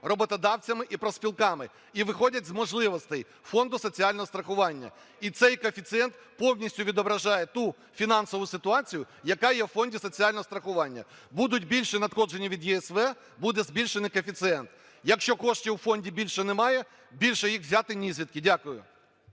роботодавцями і профспілками. І виходять з можливостей Фонду соціального страхування. І цей коефіцієнт повністю відображає ту фінансову ситуацію, яка є у Фонді соціального страхування. Будуть більші надходження від ЄСВ – буде збільшено коефіцієнт. Якщо коштів у фонді більше немає, більше їх взяти нізвідки. Дякую.